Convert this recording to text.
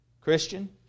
Christian